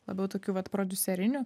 labiau tokiu vat prodiuseriniu